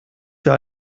für